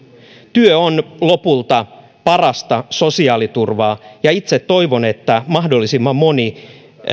työ on lopulta parasta sosiaaliturvaa ja itse toivon että mahdollisimman moni